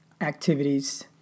activities